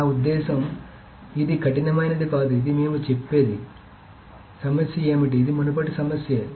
నా ఉద్దేశ్యం ఇది కఠినమైనది కాదు ఇది మేము చెప్పేది సమస్య ఏమిటి ఇది మునుపటి సమస్యే